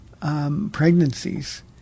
pregnancies